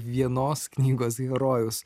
vienos knygos herojus